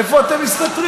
איפה אתם מסתתרים?